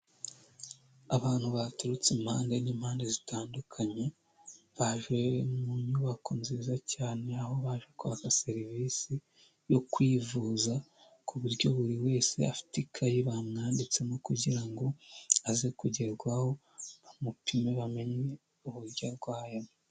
Abantu baturutse impande n’impande zitandukanye, baje mu nyubako nziza cyane aho baje kwaka serivisi yo kwivuza. Ku buryo buri wese afate ikayi bamwanditsemo kugira ngo aze kugerwaho bamupime, bamenye uburyo rwayemo.